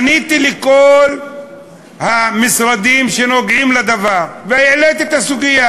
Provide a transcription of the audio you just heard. פניתי לכל המשרדים שנוגעים בדבר והעליתי את הסוגיה.